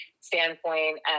standpoint